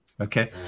Okay